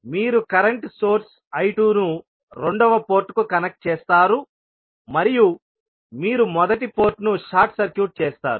మీరు current source I2 ను రెండవ పోర్టుకు కనెక్ట్ చేస్తారు మరియు మీరు మొదటి పోర్టును షార్ట్ సర్క్యూట్ చేస్తారు